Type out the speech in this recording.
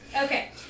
Okay